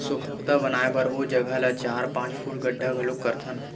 सोख्ता बनाए बर ओ जघा ल चार, पाँच फूट गड्ढ़ा घलोक करथन